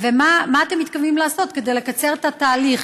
מה אתם מתכוונים לעשות כדי לקצר את התהליך?